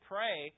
Pray